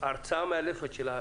וההרצאה המאלפת שלה